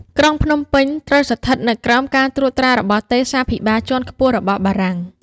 ក្រុងភ្នំពេញ ត្រូវស្ថិតនៅក្រោមការត្រួតត្រារបស់ទេសាភិបាលជាន់ខ្ពស់របស់បារាំង។